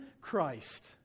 Christ